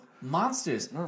monsters